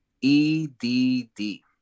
E-D-D